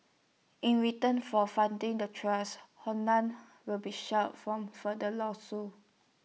in return for funding the trust Honda will be shielded from further lawsuits